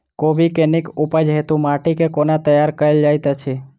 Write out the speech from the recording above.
कोबी केँ नीक उपज हेतु माटि केँ कोना तैयार कएल जाइत अछि?